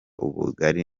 ubugari